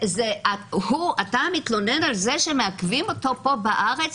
אתה מתלונן על זה שמעכבים אותו פה בארץ